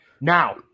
Now